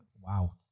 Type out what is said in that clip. wow